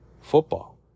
football